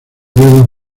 ruedas